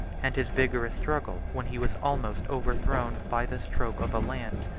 and his vigorous struggle when he was almost overthrown by the stroke of a lance,